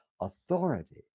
authority